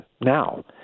now